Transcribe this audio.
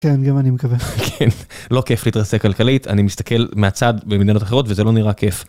כן גם אני מקווה לא כיף להתרסק כלכלית אני מסתכל מהצד במדינות אחרות וזה לא נראה כיף.